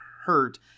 hurt